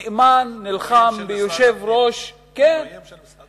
נאמן נלחם ביושב-ראש, מינויים של משרד הפנים.